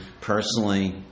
personally